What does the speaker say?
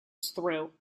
through